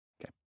Okay